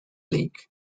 league